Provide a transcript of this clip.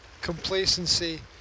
Complacency